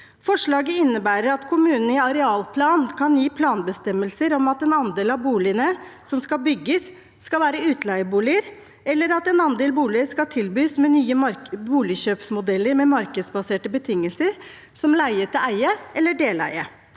Forslaget innebærer at kommunene i arealplan kan gi planbestemmelser om at en andel av boligene som skal bygges, skal være utleieboliger, eller at en andel boliger skal tilbys med nye boligkjøpsmodeller med markedsbaserte betingelser, som leie-til-eie eller deleie.